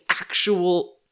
actual